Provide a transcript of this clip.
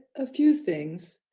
a few things,